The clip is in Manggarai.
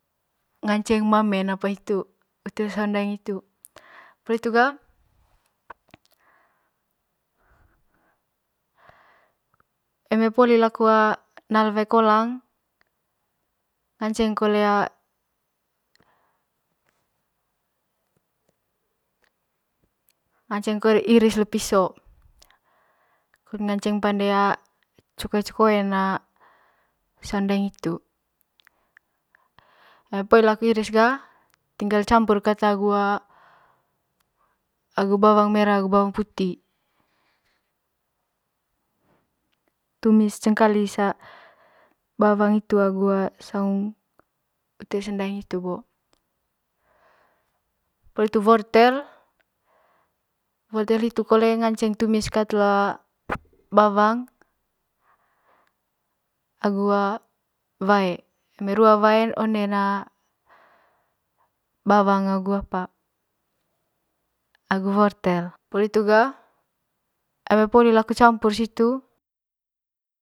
Nganceng mamaen apa hitu ite saung daeng hitu poli hitu ga eme poli laku na'a wae kolang ngaceng ngaceng kole iris le piso ngaceng pande cekoen cekoen saung daeng hitu eme poli laku iris ga tingal campur kat agu agu bawang mera agu bawang puti tumis cengkali bawang hitu agu saung ute saung daeng hitu bo poli hitu wortel, wortel hitu bo ngaceng tulis kat le bawang agu wae, eme rua waen onen bawang agu wortel poli hitu ga eme poli laku campur situ.